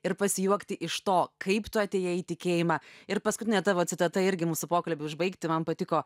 ir pasijuokti iš to kaip tu atėjai į tikėjimą ir paskutinė tavo citata irgi mūsų pokalbiui užbaigti man patiko